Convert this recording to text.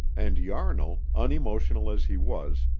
and yarnall, unemotional as he was,